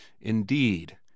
indeed